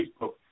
Facebook